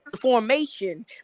formation